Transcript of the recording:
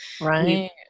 Right